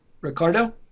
Ricardo